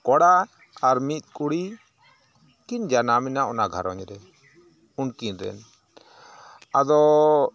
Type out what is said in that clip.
ᱠᱚᱲᱟ ᱟᱨ ᱢᱤᱫ ᱠᱩᱲᱤ ᱠᱤᱱ ᱡᱟᱱᱟᱢ ᱮᱱᱟ ᱚᱱᱟ ᱜᱷᱟᱨᱚᱸᱡᱽ ᱨᱮ ᱩᱱᱠᱤᱱ ᱨᱮᱱ ᱟᱫᱚᱻ